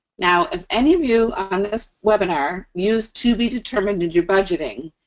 now, if any of you on this webinar use to be determined in your budgeting,